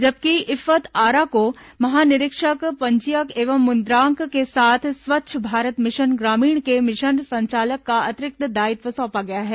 जबकि इफ्फत आरा को महानिरीक्षक पंजीयक एवं मुद्रांक के साथ स्वच्छ भारत मिशन ग्रामीण के मिशन संचालक का अतिरिक्त दायित्व सौंपा गया है